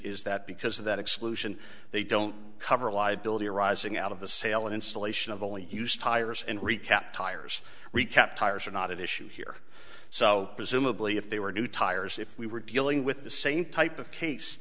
is that because of that exclusion they don't cover liability arising out of the sale and installation of only used tires and recap tires recapped tires are not at issue here so presumably if they were new tires if we were dealing with the same type of case